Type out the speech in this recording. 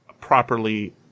properly